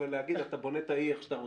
להגיד אתה בונה את האי איך שאתה רוצה.